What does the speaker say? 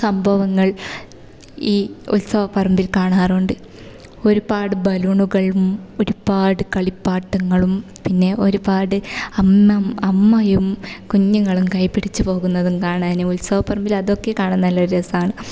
സംഭവങ്ങള് ഈ ഉത്സവ പറമ്പില് കാണാറുണ്ട് ഒരുപാട് ബലൂണുകളും ഒരുപാട് കളിപ്പാട്ടങ്ങളും പിന്നെ ഒരുപാട് അമ്മയും കുഞ്ഞുങ്ങളും കൈപിടിച്ച് പോകുന്നതും കാണാനും ഉത്സവ പ്പറമ്പില് അതൊക്കെ കാണാന് നല്ല രസമാണ്